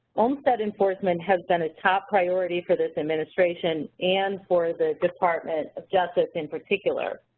olmstead enforcement has been a top priority for this administration and for the department of justice, in particular.